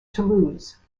toulouse